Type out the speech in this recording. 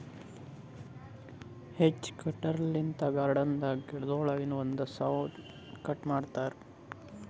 hedge cutter ಲಿಂತ್ garden ದಾಗ್ ಗಿಡಗೊಳ್ ಒಂದೇ ಸೌನ್ ಕಟ್ ಮಾಡ್ತಾರಾ